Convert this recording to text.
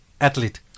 athlete